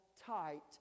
tight